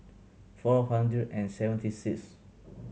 four hundred and seventy sixth